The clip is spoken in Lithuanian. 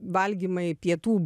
valgymai pietų